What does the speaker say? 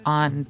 on